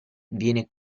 viene